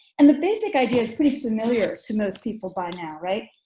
and the basic idea is pretty familiar to most people by now right?